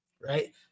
Right